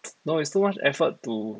no it's too much effort to